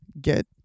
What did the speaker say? get